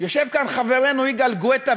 יושב כאן חברנו יגאל גואטה,